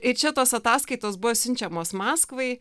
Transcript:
ir čia tos ataskaitos buvo siunčiamos maskvai